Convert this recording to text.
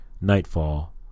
Nightfall